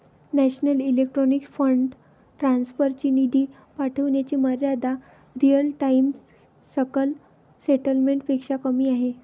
national electronic fund transfer ची निधी पाठविण्याची मर्यादा रिअल टाइम सकल सेटलमेंट पेक्षा कमी आहे